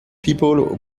people